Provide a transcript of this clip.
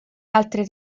altre